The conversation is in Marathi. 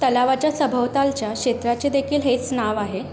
तलावाच्या सभोवतालच्या क्षेत्राचे देखील हेच नाव आहे